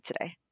today